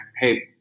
hey